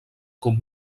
com